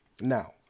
Now